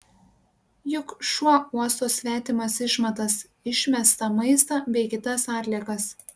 juk šuo uosto svetimas išmatas išmestą maistą bei kitas atliekas